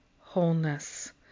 wholeness